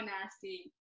nasty